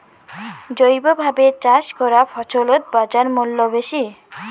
জৈবভাবে চাষ করা ফছলত বাজারমূল্য বেশি